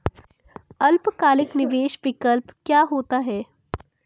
अल्पकालिक निवेश विकल्प क्या होता है?